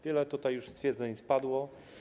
Wiele tutaj już stwierdzeń padło.